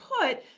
put